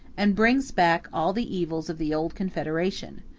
and brings back all the evils of the old confederation,